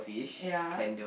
ya